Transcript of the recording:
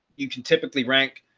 you can typically rank,